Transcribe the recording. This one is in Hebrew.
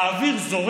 האם זה מצדיק,